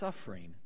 suffering